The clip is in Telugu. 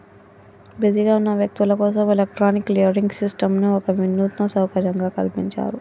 బిజీగా ఉన్న వ్యక్తులు కోసం ఎలక్ట్రానిక్ క్లియరింగ్ సిస్టంను ఒక వినూత్న సౌకర్యంగా కల్పించారు